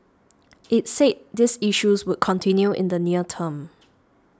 it said these issues would continue in the near term